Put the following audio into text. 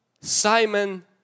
Simon